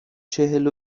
چهل